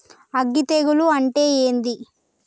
అగ్గి తెగులు అంటే ఏంది?